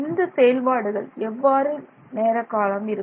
இந்த செயல்பாடுகள் எவ்வளவு நேரம் இருக்கும்